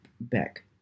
back